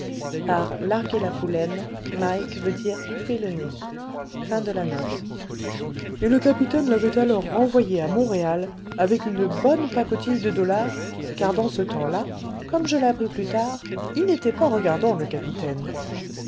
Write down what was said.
fait larguer la poulaine et le capitaine l'avait alors renvoyée à montréal avec une bonne pacotille de dollars car dans ce temps-là comme je l'appris plus tard il n'était pas regardant le capitaine